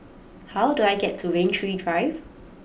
how do I get to Rain Tree Drive